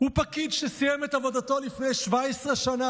"הוא פקיד שסיים את עבודתו לפני 17 שנה,